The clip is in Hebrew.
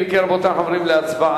אם כן, רבותי, אנחנו עוברים להצבעה.